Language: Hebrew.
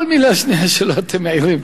כל מלה שנייה שלו אתם מעירים.